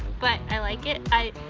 but i like it,